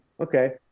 Okay